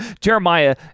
Jeremiah